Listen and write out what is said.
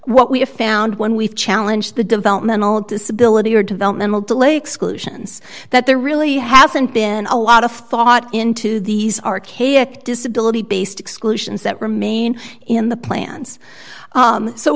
what we have found when we challenge the developmental disability or developmental delay exclusions that there really hasn't been a lot of thought into these archaic disability based exclusions that remain in the plans